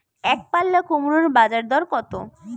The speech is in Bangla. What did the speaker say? একপাল্লা কুমড়োর বাজার দর কত?